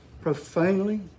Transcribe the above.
profanely